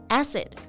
acid